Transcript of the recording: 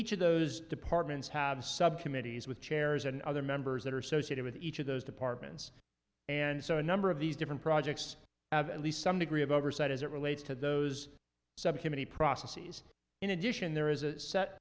each of those departments have subcommittees with chairs and other members that are associated with each of those departments and so a number of these different projects have at least some degree of oversight as it relates to those subcommittee processes in addition there is a set